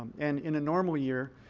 and in a normal year,